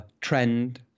trend